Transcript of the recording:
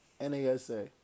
N-A-S-A